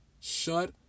Shut